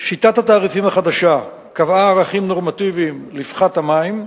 שיטת התעריפים החדשה קבעה ערכים נורמטיביים לפחת המים,